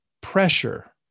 pressure